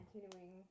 continuing